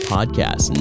Podcast